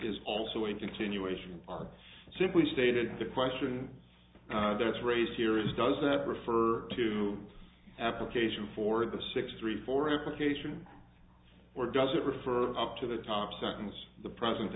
is also in continuation are simply stated the question that's raised here is does that refer to application for the six three four equivocation or does it refer up to the top sentence the president